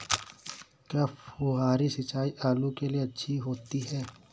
क्या फुहारी सिंचाई आलू के लिए अच्छी होती है?